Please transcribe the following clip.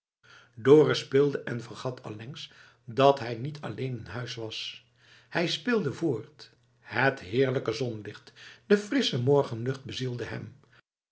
speelde en vergat allengs dat hij niet alleen in huis was hij speelde voort het heerlijke zonlicht de frissche morgenlucht bezielden hem